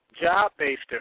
job-based